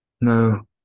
No